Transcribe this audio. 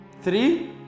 three